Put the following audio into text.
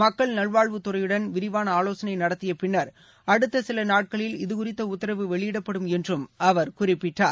மக்கள் நல்வாழ்வுத் துறையுடன் விரிவான ஆலோசனை நடத்திய பின்னர் அடுத்த சில நாட்களில் இதுகுறித்த உத்தரவு வெளியிடப்படும் என்று அவர் குறிப்பிட்டார்